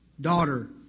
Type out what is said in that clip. daughter